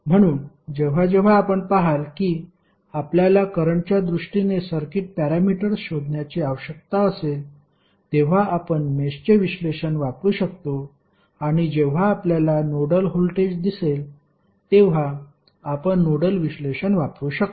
म्हणून जेव्हा जेव्हा आपण पहाल की आपल्याला करंटच्या दृष्टीने सर्किट पॅरामीटर्स शोधण्याची आवश्यकता असेल तेव्हा आपण मेषचे विश्लेषण वापरु शकतो आणि जेव्हा आपल्याला नोडल व्होल्टेज दिसेल तेव्हा आपण नोडल विश्लेषण वापरू शकतो